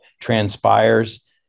transpires